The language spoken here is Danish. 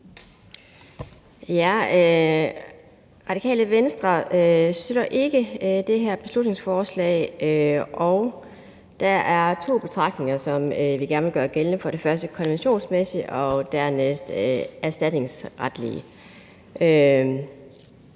Radikale Venstre støtter ikke det her beslutningsforslag, og der er to betragtninger, som vi gerne vil gøre gældende. For det første konventionsmæssigt og dernæst det erstatningsretlige.